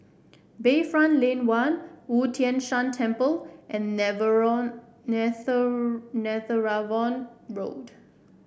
Bayfront Lane One Wu Tai Shan Temple and Netheravon Road